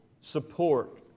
support